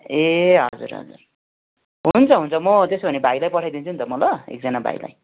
ए हजुर हजुर हुन्छ हुन्छ म त्यसो भने भाइलाई पठाइदिन्छु नि त म ल एकजना भाइलाई